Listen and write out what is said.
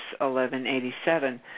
1187